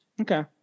Okay